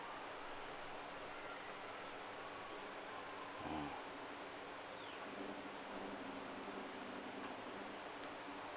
ah